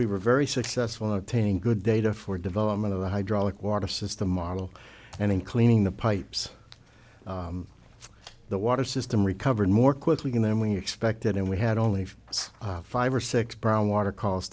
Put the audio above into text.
we were very successful in obtaining good data for development of the hydraulic water system model and in cleaning the pipes the water system recovered more quickly and then when you expected and we had only it's five or six brown water calls